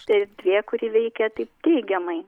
ta erdvė kuri veikia taip teigiamai